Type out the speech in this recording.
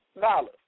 dollars